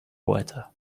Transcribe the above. water